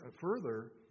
further